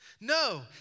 No